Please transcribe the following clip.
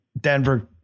Denver